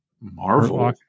Marvel